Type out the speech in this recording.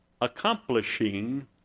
accomplishing